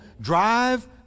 drive